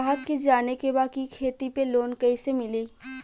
ग्राहक के जाने के बा की खेती पे लोन कैसे मीली?